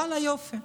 ואללה יופי.